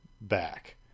back